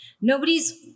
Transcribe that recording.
nobody's